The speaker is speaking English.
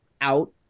out